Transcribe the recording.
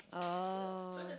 oh